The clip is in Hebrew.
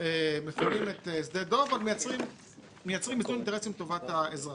מפנים את שדה דב אבל מייצרים איזון אינטרסים לטובת האזרחים.